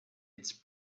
its